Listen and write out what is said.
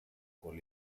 con